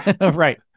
Right